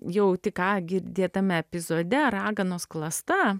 jau tik ką girdėtame epizode raganos klasta